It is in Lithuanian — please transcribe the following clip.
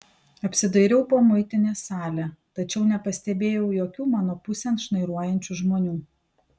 apsidairiau po muitinės salę tačiau nepastebėjau jokių mano pusėn šnairuojančių žmonių